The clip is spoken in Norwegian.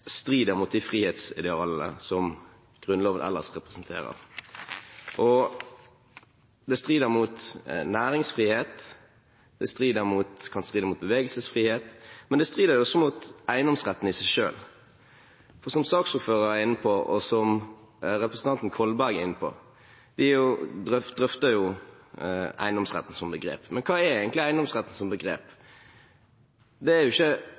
strider mot de frihetsidealene som Grunnloven ellers representerer. Det strider mot næringsfrihet, det kan stride mot bevegelsesfrihet, men det strider også mot eiendomsretten i seg selv. Saksordføreren og også representanten Kolberg er inne på – og drøfter – eiendomsretten som begrep. Men hva er egentlig eiendomsretten som begrep? Det er ikke